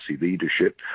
leadership